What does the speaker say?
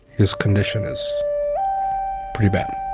his condition is pretty bad.